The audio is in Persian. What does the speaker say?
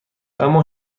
اما